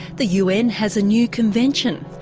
the un has a new convention.